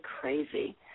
crazy